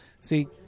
See